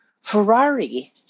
Ferrari